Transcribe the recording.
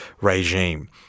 regime